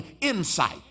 insight